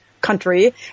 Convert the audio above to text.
country